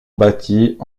bâties